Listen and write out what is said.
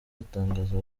batangaza